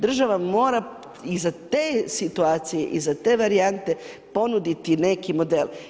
Država mora i za te situacije i za te varijante ponuditi neki model.